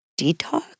detox